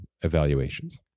evaluations